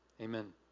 Amen